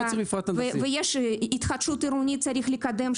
יש התחדשות עירונית שצריך לקדם,